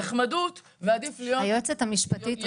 היועצת המשפטית,